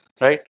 right